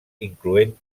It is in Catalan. incloent